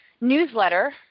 newsletter